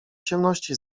ciemności